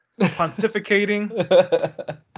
pontificating